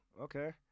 Okay